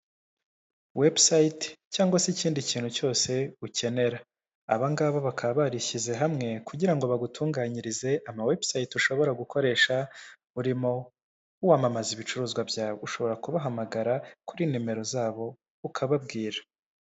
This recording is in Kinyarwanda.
Webusayiti cyangwa se ikindi kintu cyose ukenera. Aba ngaba bakaba barishyize hamwe, kugira ngo bagutunganyirize ama Webusayiti ushobora gukoresha urimo wamamaza ibicuruzwa byawe, ushobora kubahamagara kuri nimero zabo ukababwira.